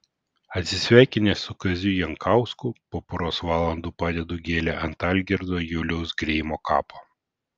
atsisveikinęs su kaziu jankausku po poros valandų padedu gėlę ant algirdo juliaus greimo kapo